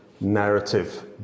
narrative